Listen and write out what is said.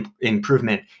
improvement